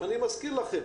אני מזכיר לכם,